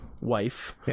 wife